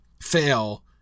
fail